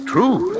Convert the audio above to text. true